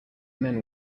men